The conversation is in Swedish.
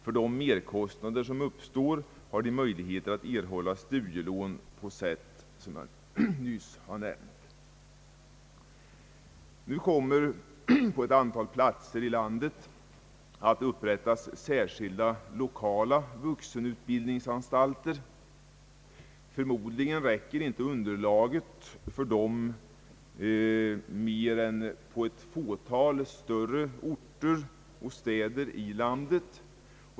För de merkostnader som uppstår har de möjlighet att erhålla studielån på sätt som jag nyss har nämnt. På ett antal platser i landet kommer nu att upprättas särskilda 1okala vuxenutbildningsanstalter, och förmodligen räcker inte underlaget till för dem mer än på ett fåtal större städer och orter i landet.